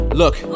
look